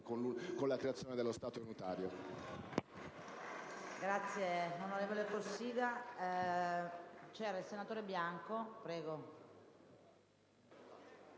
con la creazione dello Stato unitario.